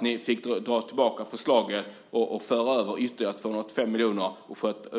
Ni fick dra tillbaka förslaget och föra över ytterligare 285 miljoner och